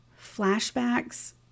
flashbacks